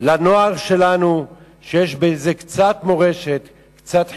לנוער שלנו, שיש בו קצת מורשת, קצת חינוך,